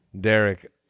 Derek